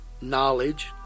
knowledge